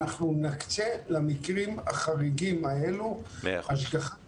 אנחנו נקצה למקרים החריגים האלה השגחת